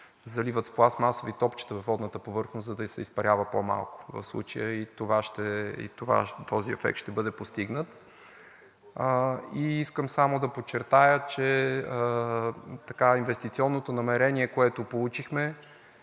заливат пластмасови топчета във водната повърхност, за да се изпарява по-малко. В случая и този ефект ще бъде постигнат. Искам само да подчертая, че инвестиционното намерение, което получихме,